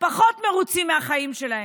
פחות מרוצים מהחיים שלהם,